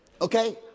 Okay